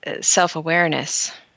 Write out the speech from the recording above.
self-awareness